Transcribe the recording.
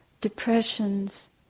depressions